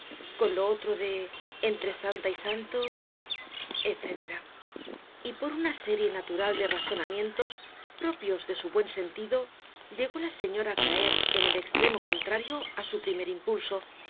con lo otro de entre santa y santo etcétera y por una serie natural de razonamientos propios de su buen sentido llegó la señora á caer en el extremo contrario á su primer impulso